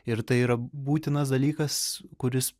ir tai yra būtinas dalykas kuris